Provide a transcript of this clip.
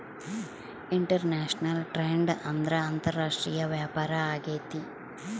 international trade ಅಂದ್ರೆ ಅಂತಾರಾಷ್ಟ್ರೀಯ ವ್ಯಾಪಾರ ಆಗೈತೆ